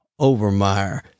overmeyer